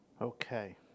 Okay